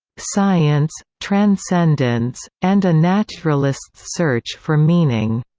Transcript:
science, transcendence, and a naturalist's search for meaning,